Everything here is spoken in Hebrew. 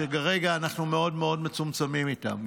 שכרגע אנחנו מאוד מאוד מצומצמים איתם.